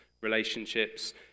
relationships